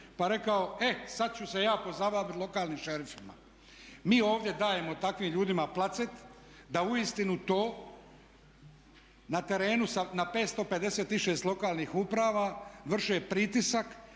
pa rekao e sad ću se ja pozabaviti lokalnim šerifima. Mi ovdje dajemo takvim ljudima placet da uistinu to na terenu na 556 lokalnih uprava vrše pritisak,